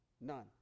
None